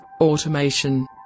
automation